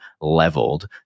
leveled